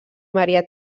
maria